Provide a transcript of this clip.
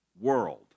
world